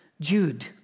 Jude